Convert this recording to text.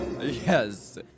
yes